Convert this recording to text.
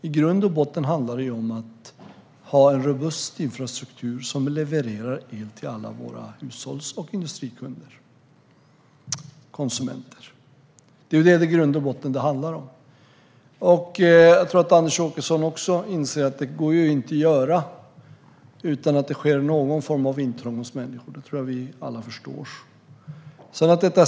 I grund och botten handlar det om att ha en robust infrastruktur som levererar el till alla våra hushålls och industrikunder. Anders Åkesson inser säkert också att detta inte går att göra utan att någon form av intrång sker hos människor. Det förstår nog alla.